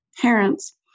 parents